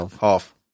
half